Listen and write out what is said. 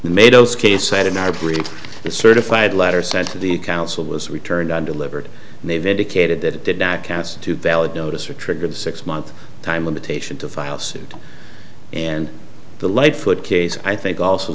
agree that certified letter sent to the council was returned undelivered and they've indicated that it did not count to valid notice or trigger the six month time limitation to file suit and the lightfoot case i think also